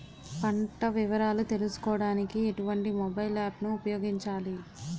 పంట వివరాలు తెలుసుకోడానికి ఎటువంటి మొబైల్ యాప్ ను ఉపయోగించాలి?